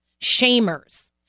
shamers